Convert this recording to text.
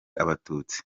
abatutsi